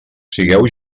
sigueu